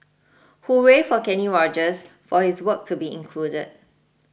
hooray for Kenny Rogers for his work to be included